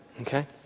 okay